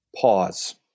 Pause